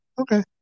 Okay